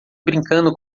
brincando